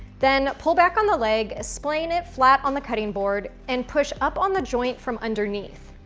then pull back on the leg, splaying it flat on the cutting board, and push up on the joint from underneath.